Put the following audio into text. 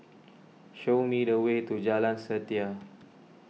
show me the way to Jalan Setia